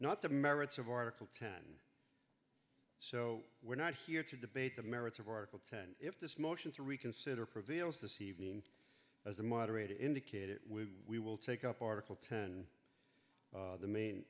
not the merits of article ten so we're not here to debate the merits of article ten if this motion to reconsider prevails this evening as the moderator indicated we will take up article ten the main